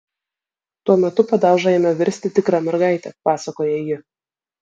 tuo metu padauža ėmė virsti tikra mergaite pasakoja ji